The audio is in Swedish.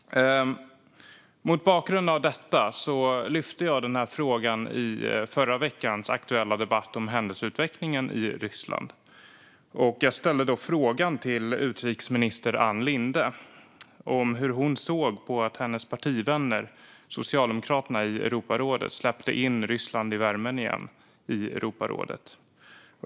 Mot bakgrund av detta lyfte jag upp frågan under förra veckans aktuella debatt om händelseutvecklingen i Ryssland. Jag ställde då frågan till utrikesminister Ann Linde om hur hon såg på att hennes partivänner Socialdemokraterna i Europarådet släppte in Ryssland i värmen igen i Europarådet.